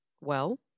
Well